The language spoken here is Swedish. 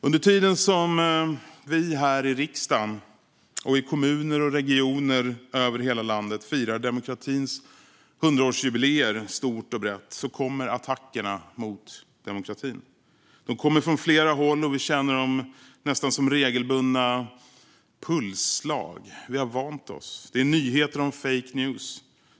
Under tiden som vi här i riksdagen, i kommuner och i regioner över hela landet firar demokratins 100-årsjubileum stort och brett kommer attackerna mot demokratin. De kommer från flera håll, och vi känner dem nästan som regelbundna pulsslag. Vi har vant oss. Det är nyheter om fake news.